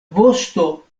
vosto